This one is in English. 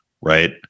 right